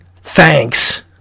thanks